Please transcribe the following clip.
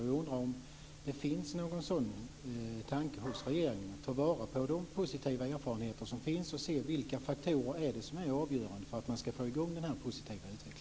Jag undrar om det finns någon sådan tanke hos regeringen att ta vara på de positiva erfarenheter som finns och se vilka faktorer det är som är avgörande för att man skall få i gång denna positiva utveckling.